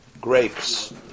grapes